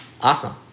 Awesome